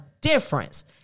difference